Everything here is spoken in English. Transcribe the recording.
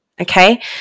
okay